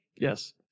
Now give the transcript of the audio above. Yes